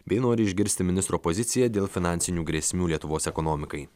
bei nori išgirsti ministro poziciją dėl finansinių grėsmių lietuvos ekonomikai